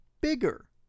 bigger